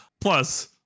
plus